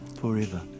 forever